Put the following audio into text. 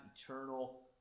eternal